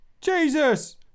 Jesus